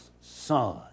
son